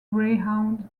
greyhound